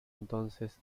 entonces